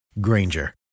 Granger